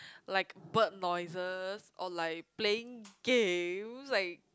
like bird noises or like playing games like